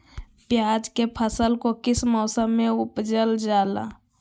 प्याज के फसल को किस मौसम में उपजल जाला?